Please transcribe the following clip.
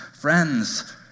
Friends